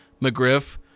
McGriff